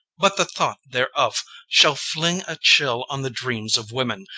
but the thought thereof shall fling a chill on the dreams of women,